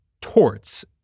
torts